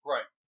Right